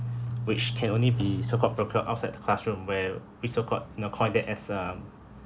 which can only be so-called broker outside the classroom where we so-called you know called that as um